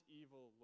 evil